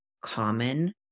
common